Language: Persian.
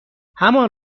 همان